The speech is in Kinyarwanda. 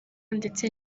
ndetse